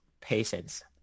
patience